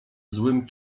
złym